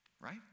Right